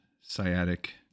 sciatic